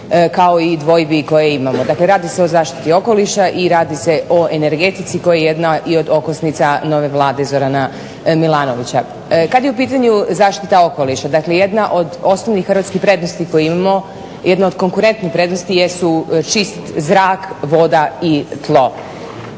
kao i dvojbi koje imamo. Dakle, radi se o zaštiti okoliša i radi se o energetici koja je jedna i od okosnica nove Vlade Zorana Milanovića. Kad je u pitanju zaštita okoliša, dakle jedna od osnovnih hrvatskih prednosti koje imamo, jedna od konkurentnih prednosti jesu čist zrak, voda i tlo.